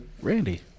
Randy